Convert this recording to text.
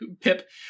Pip